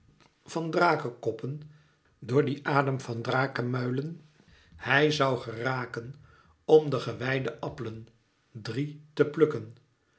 van drakekoppen door dien adem van drakemuilen hij zoû geraken om de gewijde appelen drie te plukken